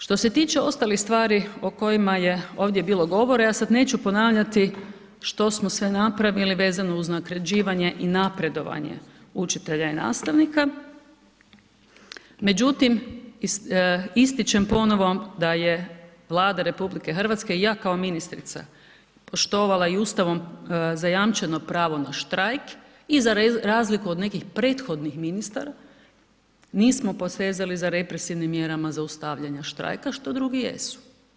Što se tiče ostalih stvari o kojima je ovdje bilo govora, ja sad neću ponavljati što smo sve napravili vezano uz nadređivanje i napredovanje učitelja i nastavnika, međutim ističem ponovo da je Vlada RH i ja kao ministrica poštovala i Ustavom zajamčeno pravo na štrajk i za razliku od nekih prethodnih ministara nismo posezali za represivnim mjerama zaustavljanja štrajka, što drugi jesu.